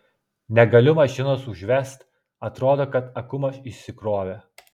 negaliu mašinos užvest atrodo kad akumas išsikrovė